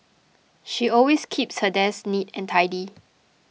she always keeps her desk neat and tidy